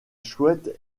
chouette